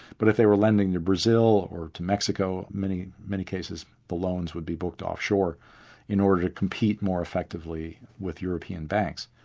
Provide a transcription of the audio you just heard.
but if they were lending to brazil or to mexico, in many cases the loans would be booked offshore in order to compete more effectively with european banks.